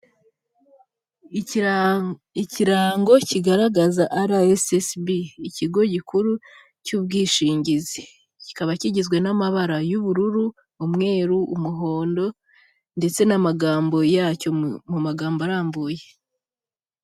Ikirango kigaragaza arayesesibi. Ikigo gikuru cy'ubwishingizi. Kikaba kigizwe n'amabara y'ubururu, umweru, umuhondo, ndetse n'amagambo yacyo mu magambo arambuye.